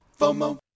FOMO